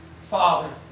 Father